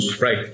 right